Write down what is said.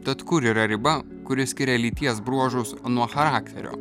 tad kur yra riba kuri skiria lyties bruožus nuo charakterio